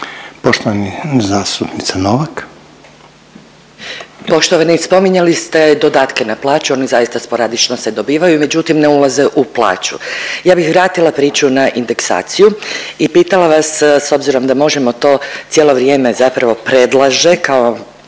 **Novak, Dubravka (Možemo!)** Poštovani, spominjali ste dodatke na plaću, oni zaista sporadično se dobivaju međutim ne ulaze u plaću. Ja bih vratila priču na indeksaciju i pitala vas s obzirom da Možemo! to cijelo vrijeme zapravo predlaže kao